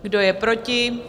Kdo je proti?